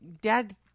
Dad